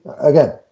Again